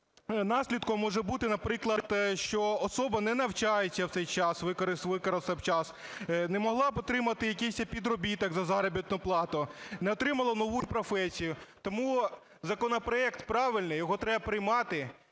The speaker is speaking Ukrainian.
наслідком може бути, наприклад, що особа не навчається в цей час, використав час, не могла б отримати якийсь підробіток за заробітну плату, не отримала нову професію. Тому законопроект правильний, його треба приймати,